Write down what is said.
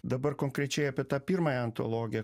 dabar konkrečiai apie tą pirmąją antologiją